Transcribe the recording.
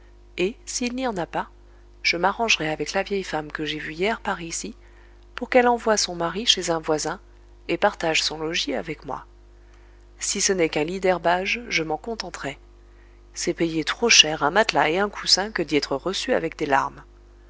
et s'il n'y en a pas je m'arrangerai avec la vieille femme que j'ai vue hier par ici pour qu'elle envoie son mari chez un voisin et partage son logis avec moi si ce n'est qu'un lit d'herbages je m'en contenterai c'est payer trop cher un matelas et un coussin que d'y être reçu avec des larmes